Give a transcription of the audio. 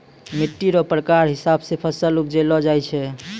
मिट्टी रो प्रकार हिसाब से फसल उपजैलो जाय छै